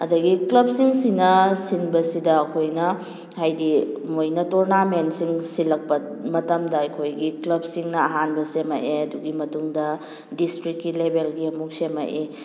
ꯑꯗꯒꯤ ꯀ꯭ꯂꯕꯁꯤꯡꯁꯤꯅ ꯁꯤꯟꯕꯁꯤꯗ ꯑꯩꯈꯣꯏꯅ ꯍꯥꯏꯗꯤ ꯃꯣꯏꯅ ꯇꯣꯔꯅꯥꯃꯦꯟꯁꯤꯡ ꯁꯤꯜꯂꯛꯄ ꯃꯇꯝꯗ ꯑꯩꯈꯣꯏꯒꯤ ꯀ꯭ꯂꯕꯁꯤꯡꯅ ꯑꯍꯥꯟꯕ ꯁꯦꯝꯃꯛꯑꯦ ꯑꯗꯨꯒꯤ ꯃꯇꯨꯡꯗ ꯗꯤꯁꯇ꯭ꯔꯤꯛꯀꯤ ꯂꯦꯕꯦꯜꯒꯤ ꯑꯃꯨꯛ ꯁꯦꯝꯃꯛꯏ